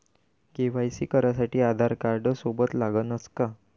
KYC करासाठी आधारकार्ड सोबत लागनच का?